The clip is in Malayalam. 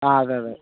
ആ അതെയതെ